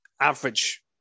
average